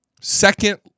second